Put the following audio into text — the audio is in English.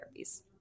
therapies